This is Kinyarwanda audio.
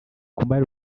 kumar